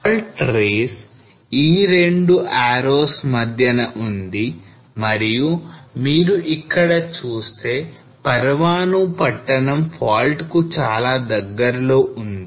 Fault rays ఈ రెండు arrows మధ్యన ఉన్నది మరియు మీరు ఇక్కడ చూస్తే Parwanoo పట్టణం fault కు చాలా దగ్గరలో ఉంది